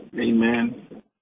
Amen